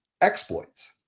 exploits